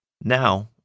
Now